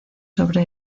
sobre